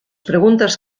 preguntes